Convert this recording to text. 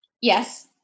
yes